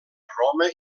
roma